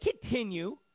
continue